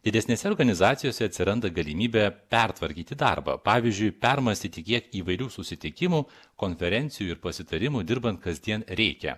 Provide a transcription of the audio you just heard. didesnėse organizacijose atsiranda galimybė pertvarkyti darbą pavyzdžiui permąstyti kiek įvairių susitikimų konferencijų ir pasitarimų dirbant kasdien reikia